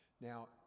Now